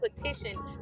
petition